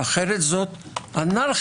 אחרת זו אנרכיה.